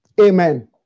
Amen